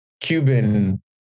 Cuban